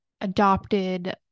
adopted